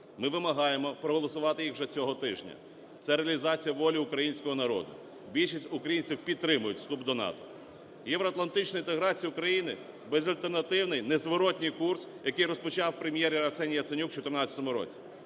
Ми вимагаємо проголосувати їх вже цього тижня. Це реалізація волі українського народу, більшість українців підтримують вступ до НАТО. Євроатлантична інтеграція України – безальтернативний, незворотній курс, який розпочав прем'єр Арсеній Яценюк в 2014 році.